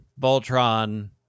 Voltron